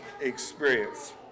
experience